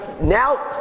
Now